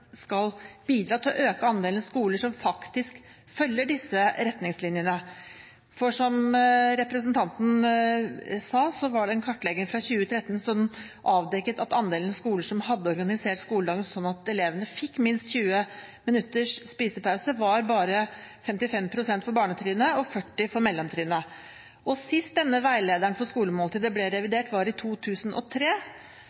skal bidra til å øke andelen skoler som faktisk følger disse retningslinjene. For som representanten sa, avdekket en kartlegging fra 2013 at andelen skoler som hadde organisert skoledagen slik at elevene fikk minst 20 minutters spisepause, var bare 55 pst. for barnetrinnet og 40 pst. for mellomtrinnet. Sist denne veilederen for skolemåltider ble revidert, var i 2003.